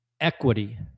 Equity